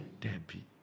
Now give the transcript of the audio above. Debbie